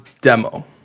demo